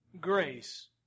grace